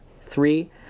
Three